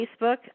Facebook